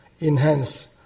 enhance